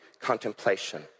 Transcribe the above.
contemplation